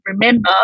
remember